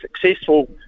successful